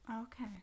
Okay